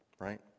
right